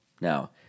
Now